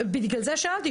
בגלל זה שאלתי,